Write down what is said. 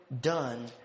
done